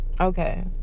Okay